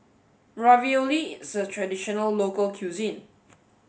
Ravioli is a traditional local cuisine